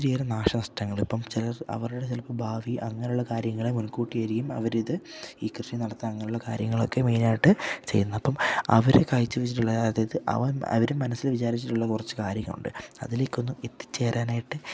ഒത്തിരി ഏറെ നാശനഷ്ടങ്ങൾ ഇപ്പം ചിലർ അവരുടെ ചിലപ്പം ഭാവി അങ്ങനുള്ള കാര്യങ്ങളെ മുൻകൂട്ടിയായിരിക്കും അവർ ഇത് ഈ കൃഷി നടത്താൻ അങ്ങനുള്ള കാര്യങ്ങൾ ഒക്കെ മെയിനായിട്ട് ചെയ്യുന്ന അപ്പം അവർ കാഴ്ചവച്ചിട്ടുള്ള അതായത് അവരും മനസ്സിൽ വിചാരിച്ചിട്ടുള്ള കുറച്ച് കാര്യങ്ങൾ ഉണ്ട് അതിലേക്ക് ഒന്നും എത്തിച്ചേരാനായിട്ട്